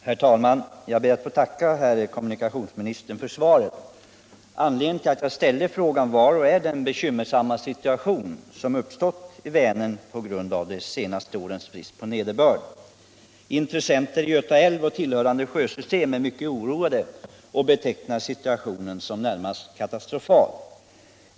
Herr talman! Jag ber att få tacka herr kommunikationsministern för svaret. Anledningen till att jag ställde frågan var och är den bekymmersamma situation som uppstått i Vänern på grund av de senaste årens brist på nederbörd. Intressenter i Göta älv och tillhörande sjösystem är mycket oroade och betecknar situationen som närmast katastrofal.